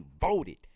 voted